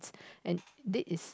and this is